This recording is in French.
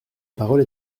parole